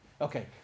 Okay